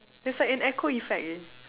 there's like an echo effect leh